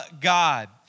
God